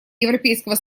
европейского